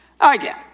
Again